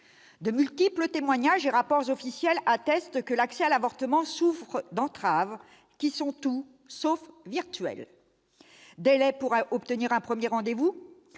De multiples témoignages et rapports officiels attestent que l'accès à l'avortement souffre d'entraves, qui sont tout sauf virtuelles : délai pour obtenir un premier rendez-vous,